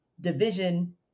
division